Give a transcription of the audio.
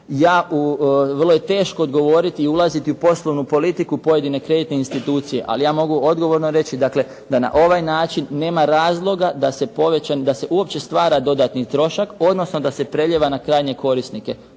Vrlo je teško odgovoriti i ulaziti u poslovnu politiku pojedine kreditne institucije, ali ja mogu odgovorno reći dakle da na ovaj način nema razloga da se povećan, da se uopće stvara dodatni trošak odnosno da se prelijeva na krajnje korisnike